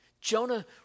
Jonah